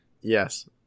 yes